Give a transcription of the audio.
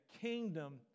kingdom